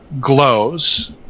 glows